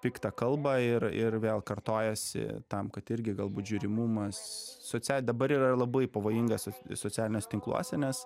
piktą kalbą ir ir vėl kartojasi tam kad irgi galbūt žiūrimumas sociali dabar yra labai pavojingas socialiniuose tinkluose nes